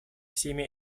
всеми